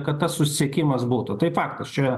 kad tas susisiekimas būtų tai faktas čia